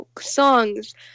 songs